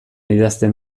idazten